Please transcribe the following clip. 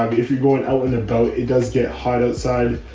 um if you're going out in a boat, it does get hot outside.